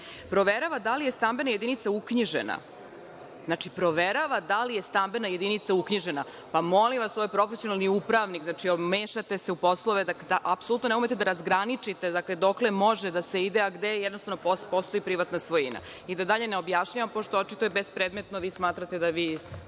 Proverava da li je stambena jedinica uknjižena, znači proverava da li je stambena jedinica uknjižena. Pa, molim vas ovo je profesionalni upravnik, znači mešate se u poslove, da apsolutno ne umete da razgraničite dokle može da se ide, a gde jednostavno postoji privatna svojina.I da dalje ne objašnjavam, pošto očito je bez predmetno vi smatrate da vi